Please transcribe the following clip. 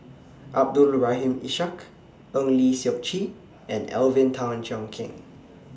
Abdul Rahim Ishak Eng Lee Seok Chee and Alvin Tan Cheong Kheng